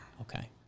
Okay